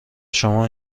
شما